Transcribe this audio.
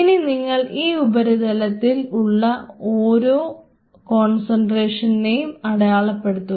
ഇനി നിങ്ങൾ ഈ ഉപരിതലത്തിൽ ഉള്ള ഓരോ കോൺസെൻട്രേഷനിനേയും അടയാളപ്പെടുത്തുക